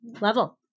level